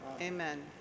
Amen